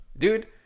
dude